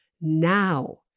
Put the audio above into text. now